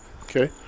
Okay